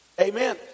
Amen